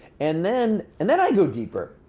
and then and then i go deeper,